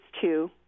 two